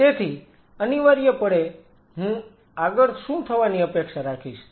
તેથી અનિવાર્યપણે હું આગળ શું થવાની અપેક્ષા રાખીશ